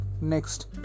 Next